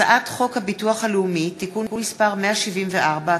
הצעת חוק הביטוח הלאומי (תיקון מס' 174),